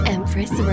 Empress